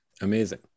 Amazing